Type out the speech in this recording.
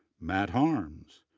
matt haarms,